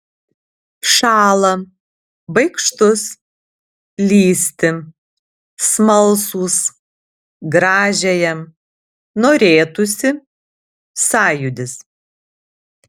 šąlą baikštus lįsti smalsūs gražiąją norėtųsi sąjūdis